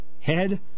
head